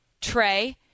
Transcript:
Trey